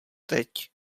teď